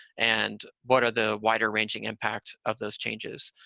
and what are the wider ranging impact of those changes?